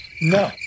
No